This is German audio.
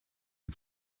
die